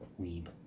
Weeb